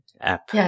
app